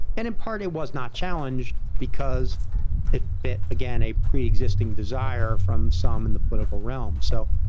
and in part, it was not challenged because it fit again, a preexisting desire from some in the political realm. so,